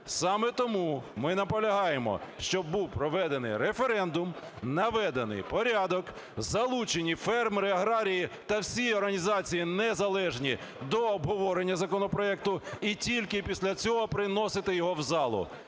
Саме тому ми наполягаємо, щоб був проведений референдум, наведений порядок, залучені фермери, аграрії та всі організації незалежні до обговорення законопроекту і тільки після цього приносити його в залу.